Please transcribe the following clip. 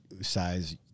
size